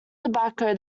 tobacco